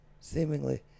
Seemingly